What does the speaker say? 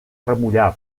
remullar